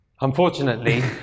Unfortunately